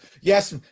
Yes